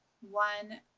one